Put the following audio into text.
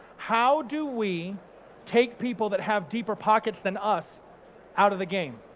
how do we take people that have deeper pockets than us out of the game?